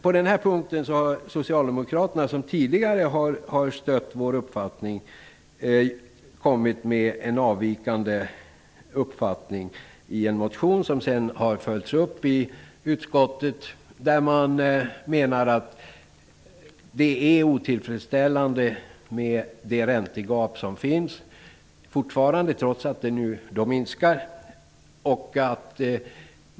På den här punkten har dock Socialdemokraterna, som tidigare har stött vår uppfattning, kommit med en avvikande uppfattning i en motion. Motionen har följts upp i utskottet. Man menar att räntegapet fortfarande är otillfredsställande, trots att det minskar.